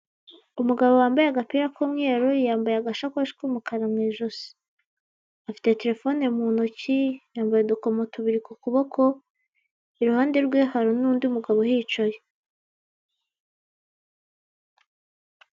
Umugabo wambaye agapira k'umweru, yambaye agasakoshi k'umukara mu ijosi, afite telefone mu ntoki, yambaye udukomo tubiri ku kuboko, iruhande rwe hari n'undi mugabo uhicaye.